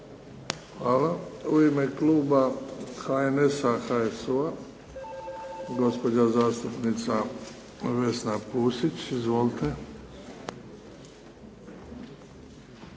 (HDZ)** U ime Kluba HNS-a HSU-a gospođa zastupnica Vesna Pusić, izvolite.